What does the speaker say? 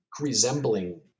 resembling